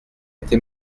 été